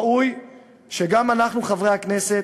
ראוי שגם אנחנו, חברי הכנסת,